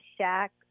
shack